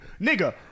nigga